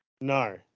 no